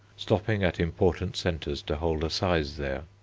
stopping at important centres to hold assize there.